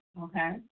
Okay